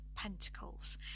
pentacles